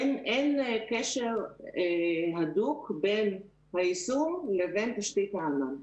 אין קשר הדוק בין היישום לבין תשתית הענן.